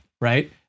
Right